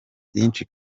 byinshi